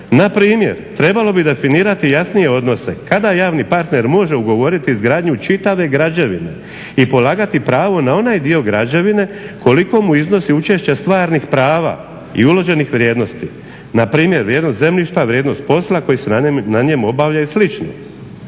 Npr. trebalo bi definirati jasnije odnose kada javni partner može ugovoriti izgradnju čitave građevine i polagati pravo na onaj dio građevine koliko mu iznosi učešće stvarnih prava i uloženih vrijednosti. Npr. vrijednost zemljišta, vrijednost posla koji se na njemu obavlja i